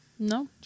No